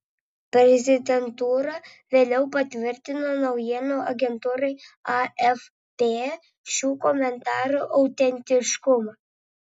prezidentūra vėliau patvirtino naujienų agentūrai afp šių komentarų autentiškumą